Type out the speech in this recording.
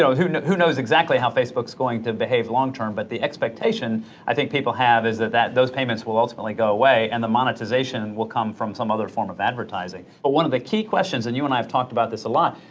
so know, who knows exactly how facebook's going to behave long term, but the expectation i think people have is that that those payments will ultimately go away, and the monetization will come from some other form of advertising. but one of the key questions, and you and i have talked about this a lot,